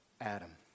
Adam